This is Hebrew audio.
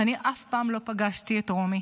אני אף פעם לא פגשתי את רומי,